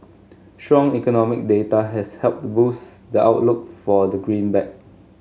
strong economic data has helped boost the outlook for the greenback